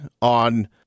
on